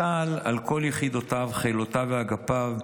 צה"ל על כל יחידותיו חילותיו ואגפיו,